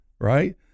right